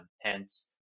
Hence